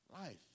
life